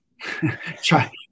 Try